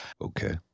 Okay